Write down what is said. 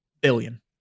Billion